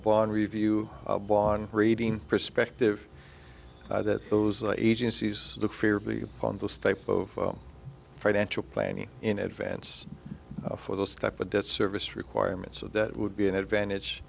bond review on reading perspective that those agencies fear on those type of financial planning in advance for those type of debt service requirements that would be an advantage